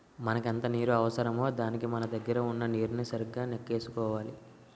మనకెంత నీరు అవసరమో దానికి మన దగ్గర వున్న నీరుని సరిగా నెక్కేసుకోవాలి